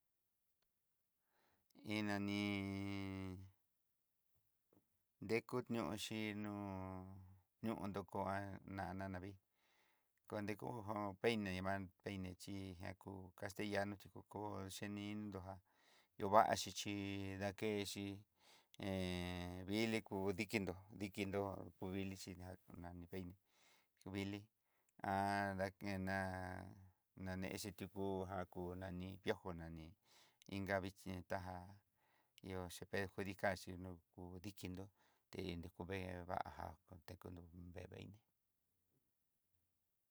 Iin nani- deku ñoxi, nó yoko á nanavi, kuentajo jo peine van chí peine na ku castellano, té kuko cheninibo já, yovaxi xhi dakexi he vili kudikinró dikinró ku vili xhi jidani peini juvili kena nani ixituku já ku nani piojo nani inka taja ihó xi perjudicar chi nó ku dikinró, tenekuvee vangan tekunró veveini.